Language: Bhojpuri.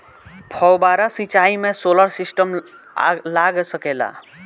फौबारा सिचाई मै सोलर सिस्टम लाग सकेला?